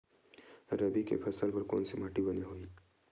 रबी के फसल बर कोन से माटी बने होही?